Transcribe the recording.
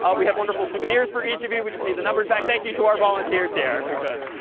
ah we have wonderful souvenirs for each of you. we just need the numbers back. thank you to our volunteers here if we could.